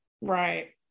Right